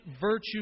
virtue